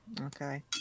Okay